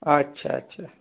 আচ্ছা আচ্ছা